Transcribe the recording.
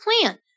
plan